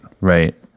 right